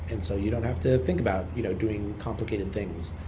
and so you don't have to think about you know doing complicated things.